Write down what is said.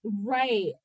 Right